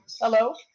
hello